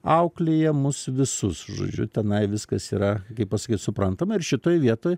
auklėja mus visus žodžiu tenai viskas yra kaip pasakyt suprantama ir šitoj vietoj